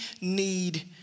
need